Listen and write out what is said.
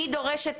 אני דורשת,